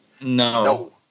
No